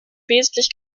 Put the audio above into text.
wesentlich